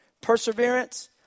Perseverance